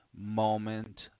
moment